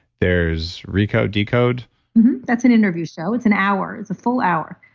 there's recode decode that's an interview show. it's an hour, it's a full hour.